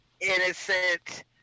innocent